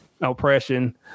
oppression